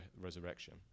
resurrection